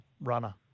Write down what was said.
runner